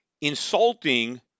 insulting